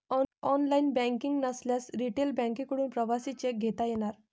online banking नसल्यास retail बँकांकडून प्रवासी चेक घेता येणार